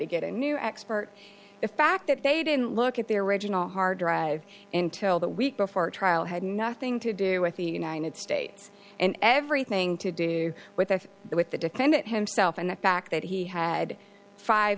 to get a new expert the fact that they didn't look at their original hard drive in till that week before trial had nothing to do with the united states and everything to do with the with the defendant himself and the fact that he had five